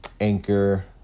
Anchor